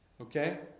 Okay